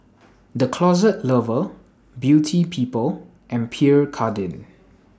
The Closet Lover Beauty People and Pierre Cardin